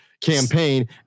campaign